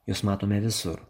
juos matome visur